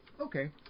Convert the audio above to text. okay